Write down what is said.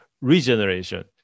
regeneration